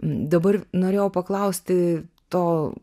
dabar norėjau paklausti to